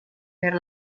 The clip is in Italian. per